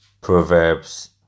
Proverbs